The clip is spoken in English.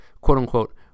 quote-unquote